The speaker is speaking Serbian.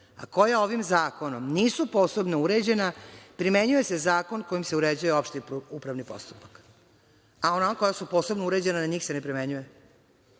a koja ovim zakonom nisu posebno uređena, primenjuje se zakon kojim se uređuje opšti upravni postupak“. A na ona koja su posebno uređena, na njih se ne primenjuje?